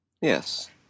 Yes